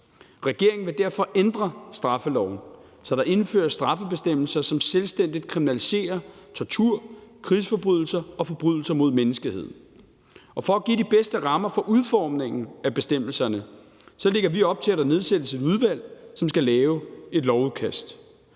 Regeringen vil derfor ændre straffeloven, så der indføres straffebestemmelser, som selvstændigt kriminaliserer tortur, krigsforbrydelser og forbrydelser mod menneskeheden. Og for at give de bedste rammer for udformningen af bestemmelserne lægger vi op til, at der nedsættes et udvalg, som skal lave et lovudkast.